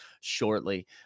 shortly